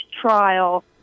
trial